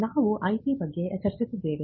ನಾವು IP ಬಗ್ಗೆ ಚರ್ಚಿಸಿದ್ದೇವೆ